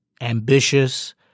ambitious